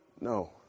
No